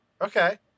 Okay